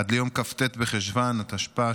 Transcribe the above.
עד ליום כ"ט בחשוון התשפ"ה,